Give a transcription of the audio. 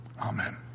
Amen